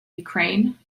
ukraine